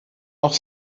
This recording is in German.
noch